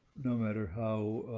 no matter how,